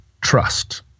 trust